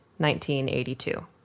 1982